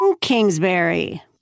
Kingsbury